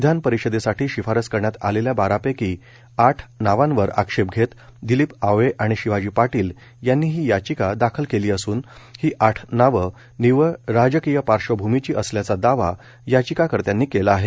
विधान परिषदेसाठी शिफारस करण्यात आलेल्या बारापैकी आठ नावांवर आक्षेप घेत दिलीप आवळे आणि शिवाजी पाटील यांनी ही याचिका दाखल केली असून ही आठ नावं निव्वळ राजकीय पार्श्वभूमीची असल्याचा दावा याचिकाकर्त्यांनी केला आहे